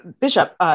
Bishop